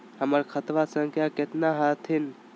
हमर खतवा संख्या केतना हखिन?